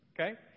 Okay